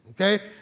okay